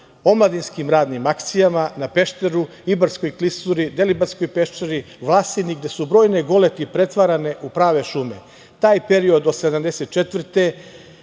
omladinskim radnim akcijama na Pešteru, Ibarskoj klisuri, Deliblatskoj peščari, Vlasini, gde su brojne goleti pretvarane u prave šume. Taj period od 1974.